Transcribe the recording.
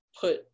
put